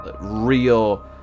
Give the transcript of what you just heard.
real